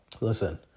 listen